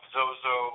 Zozo